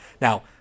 Now